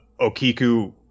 Okiku